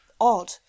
odd